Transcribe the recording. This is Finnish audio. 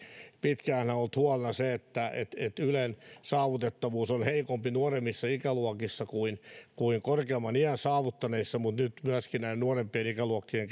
pitkään on ollut huolena se että ylen saavutettavuus on heikompi nuoremmissa ikäluokissa kuin kuin korkeamman iän saavuttaneissa mutta nyt myöskin näiden nuorempien ikäluokkien